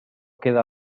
queda